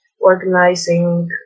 organizing